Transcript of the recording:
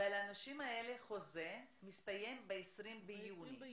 והחוזה של האנשים האלה מסתיים ב-20 ביוני.